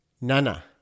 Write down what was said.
Nana